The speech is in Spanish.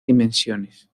dimensiones